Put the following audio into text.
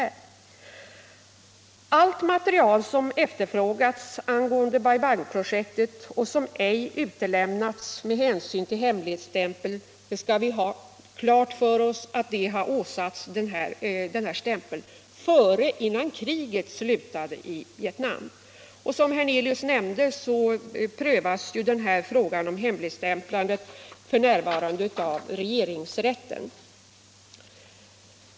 Vi skall ha klart för oss att allt material som efterfrågats angående Bai Bang-projektet och som ej utlämnats med hänsyn till hemligstämpeln har åsatts denna stämpel innan kriget i Vietnam upphörde. Som herr Hernelius nämnde prövas frågan om denna hemligstämpling fortfarande i regeringsrätten.